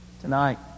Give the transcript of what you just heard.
Tonight